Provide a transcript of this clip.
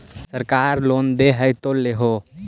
सरकार लोन दे हबै तो ले हो?